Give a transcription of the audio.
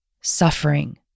suffering